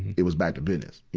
it was back to business.